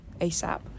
ASAP